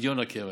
פדיון הקרן.